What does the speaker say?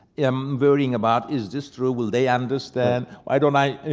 i'm worrying about, is this true? will they understand? why don't i.